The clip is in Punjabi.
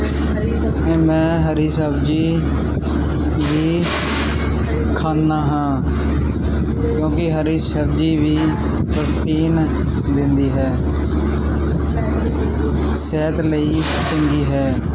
ਅਤੇ ਮੈਂ ਹਰੀ ਸਬਜ਼ੀ ਵੀ ਖਾਂਦਾ ਹਾਂ ਕਿਉਂਕਿ ਹਰੀ ਸਬਜ਼ੀ ਵੀ ਪਰਟੀਨ ਦਿੰਦੀ ਹੈ ਸਿਹਤ ਲਈ ਚੰਗੀ ਹੈ